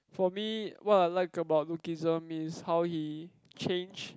for me what I like about Lookism is how he change